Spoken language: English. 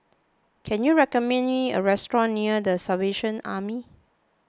can you recommend me a restaurant near the Salvation Army